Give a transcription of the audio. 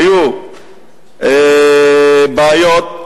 היו בעיות,